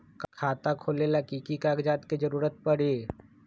खाता खोले ला कि कि कागजात के जरूरत परी?